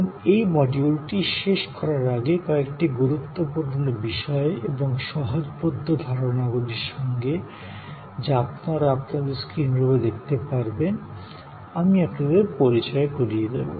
এখন এই মডিউলটি শেষ করার আগে কয়েকটি গুরুত্বপূর্ণ বিষয় এবং সহজবোধ্য ধারণাগুলির সঙ্গে যা আপনারা আপনাদের স্ক্রীনের উপর দেখতে পারবেন আমি আপনাদের পরিচয় করিয়ে দেব